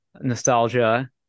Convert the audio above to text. nostalgia